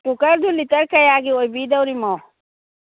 ꯀꯨꯀꯔꯗꯨ litre ꯀꯌꯥꯒꯤ ꯑꯣꯏꯕꯤꯗꯣꯔꯤꯕꯅꯣ